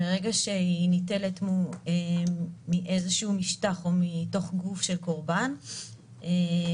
ברגע שהיא ניטלת מאיזשהו משטח או מתוך גוף של קורבן ונשמרת